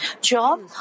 Job